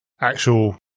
actual